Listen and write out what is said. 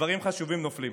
דברים חשובים נופלים.